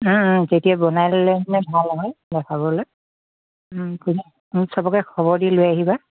তেতিয়া বনাই ল'লেহে ভাল হয় দেখাবলৈ সেইকাৰণে চবকে খবৰ দি লৈ আহিবা